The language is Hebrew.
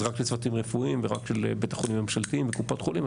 זה רק של צוותים רפואיים ורק של בתי חולים ממשלתיים וקופות חולים,